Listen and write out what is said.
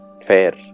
fair